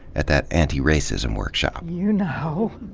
at that anti-racism workshop. you know